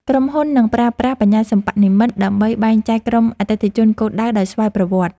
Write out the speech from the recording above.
ក្រុមហ៊ុននឹងប្រើប្រាស់ បញ្ញាសិប្បនិម្មិត ដើម្បីបែងចែកក្រុមអតិថិជនគោលដៅដោយស្វ័យប្រវត្តិ។